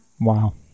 Wow